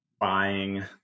buying